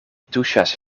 tuŝas